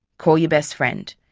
call your best friend?